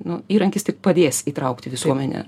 nu įrankis tik padės įtraukti visuomenę